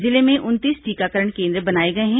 जिले में उनतीस टीकाकरण केन्द्र बनाए गए हैं